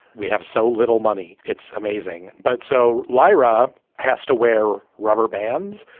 we have so little money. it's amazing. but so lyra has to wear rubber bands.